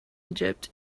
egypt